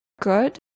good